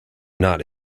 not